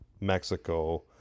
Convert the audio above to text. Mexico